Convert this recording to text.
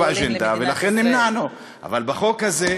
לא באג'נדה, ולכן נמנענו, אבל בחוק הזה,